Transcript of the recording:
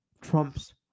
Trump's